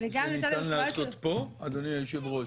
שניתן לעשות פה, אדוני היושב-ראש?